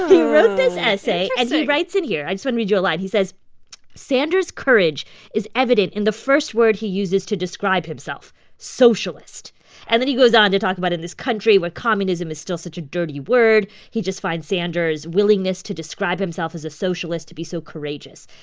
he wrote this essay interesting as ah he writes in here i just when read your line he says sanders' courage is evident in the first word he uses to describe himself socialist and then he goes on to talk about, in this country, why communism is still such a dirty word. he just finds sanders willingness to describe himself as a socialist to be so courageous.